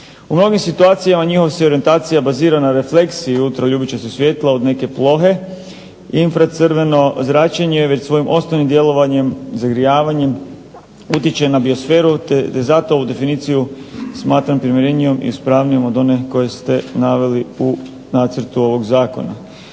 U mnogim situacijama njihova se orijentacija bazira na refleksiji ultraljubičastog svjetla od neke plohe. Infracrveno zračenje već svojim osnovnim djelovanjem zagrijavanjem utječe na biosferu, te zato ovu definiciju smatram primjerenijom i ispravnijom od one koju ste naveli u nacrtu ovog zakona.